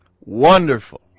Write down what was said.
Wonderful